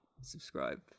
subscribe